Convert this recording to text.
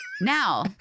Now